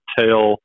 tell